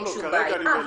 אין שום בעיה,